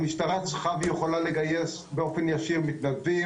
המשטרה צריכה ויכולה לגייס באופן ישיר מתנדבים